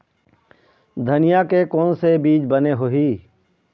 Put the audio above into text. धनिया के कोन से बीज बने होही?